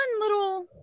little